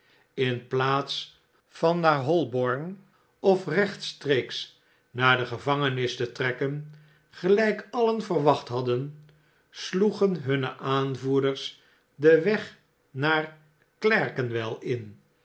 in plaats van naar holborn of rechtstreeks naar de gevangenis te trekken gelijk alien verwacht hadden sloegen hunne aanvoerders den weg naar clerkenwellin en